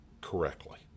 correctly